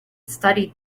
studied